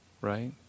right